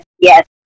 Yes